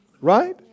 right